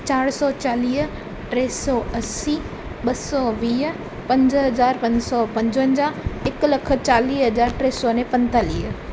चारि सौ चालीह टे सौ असीं ॿ सौ वीह पंज हज़ार पंज सौ पंजवंजाह हिकु लखु चालीह हज़ार टे सौ अने पंतालीह